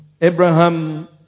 Abraham